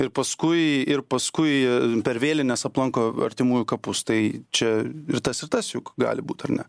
ir paskui ir paskui per vėlines aplanko artimųjų kapus tai čia ir tas ir tas juk gali būt ar ne